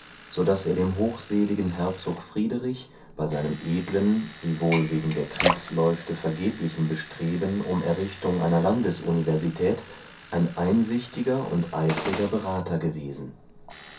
so daß er dem hochseligen herzog friederich bei seinem edlen wiewohl wegen der kriegsläufte vergeblichen bestreben um errichtung einer landesuniversität ein einsichtiger und eifriger berather gewesen